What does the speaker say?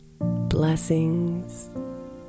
Blessings